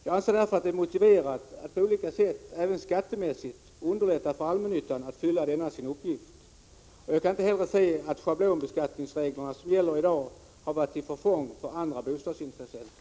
Jag anser därför att det är motiverat att på olika sätt, även skattemässigt, underlätta för allmännyttan att fylla denna sin uppgift. Jag kan inte heller se att de schablonbeskattningsregler som gäller i dag har varit till förfång för andra bostadsintressenter.